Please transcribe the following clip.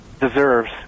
deserves